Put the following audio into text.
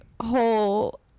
whole